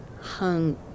hung